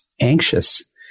anxious